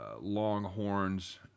Longhorns